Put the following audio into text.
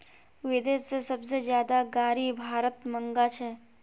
विदेश से सबसे ज्यादा गाडी भारत मंगा छे